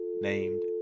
named